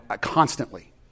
constantly